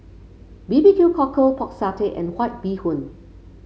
B B Q Cockle Pork Satay and White Bee Hoon